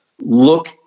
look